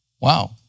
Wow